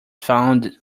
found